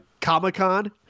Comic-Con